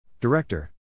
Director